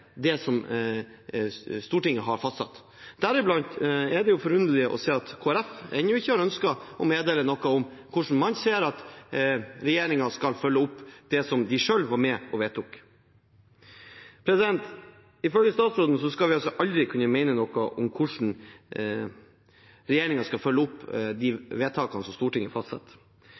til det Stortinget har fastsatt. Deriblant er det forunderlig å se at Kristelig Folkeparti ennå ikke har ønsket å meddele noe om hvordan man ser at regjeringen skal følge opp det som de selv var med og vedtok. Ifølge statsråden skal vi altså aldri kunne mene noe om hvordan regjeringen skal følge opp de vedtakene som Stortinget